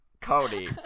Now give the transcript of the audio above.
Cody